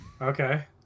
Okay